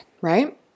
right